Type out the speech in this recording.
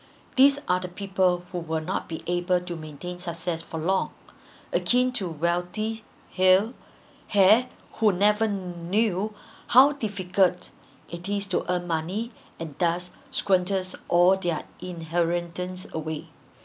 these are the people who will not be able to maintain success for long a keen to wealthy hail heir who never knew how difficult it is to earn money and thus squatters all their inheritance away